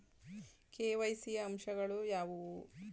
KYC ಯ ಅಂಶಗಳು ಯಾವುವು?